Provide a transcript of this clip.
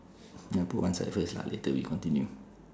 ya put one side first lah later we continue